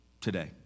today